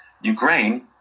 Ukraine